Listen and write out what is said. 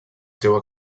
seua